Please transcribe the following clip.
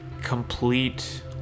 complete